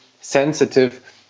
sensitive